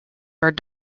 burned